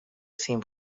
سیم